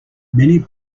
many